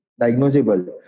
diagnosable